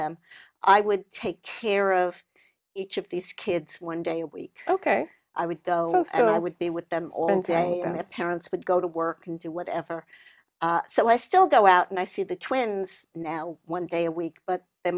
them i would take care of each of these kids one day a week ok i would go and i would be with them all and they and their parents would go to work and do whatever so i still go out and i see the twins now one day a week but the